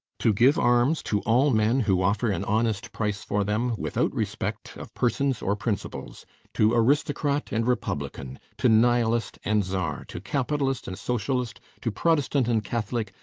to give arms to all men who offer an honest price for them, without respect of persons or principles to aristocrat and republican, to nihilist and tsar, to capitalist and socialist, to protestant and catholic,